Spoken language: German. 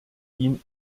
ihn